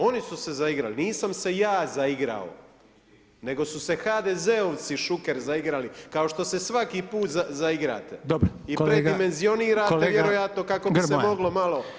Oni su se zaigrali, nisam se ja zaigrao nego su se HDZ-ovci, Šuker zaigrali, kao što se svaki put zaigrate i predimenzionirate vjerojatno kako bi se moglo malo.